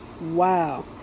Wow